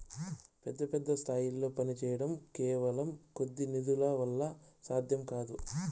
పెద్ద పెద్ద స్థాయిల్లో పనిచేయడం కేవలం కొద్ది నిధుల వల్ల సాధ్యం కాదు